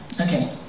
okay